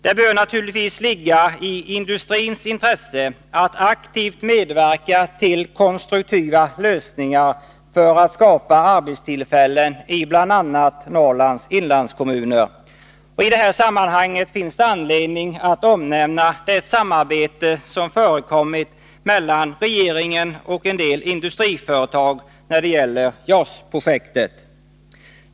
Det bör naturligtvis ligga i industrins intresse att aktivt medverka till konstruktiva lösningar för att skapa arbetstillfällen i bl.a. Norrlands inlandskommuner. I detta sammanhang finns det anledning att omnämna det samarbete som förekommit mellan regeringen och en del industriföretag när det gäller JAS-projektet.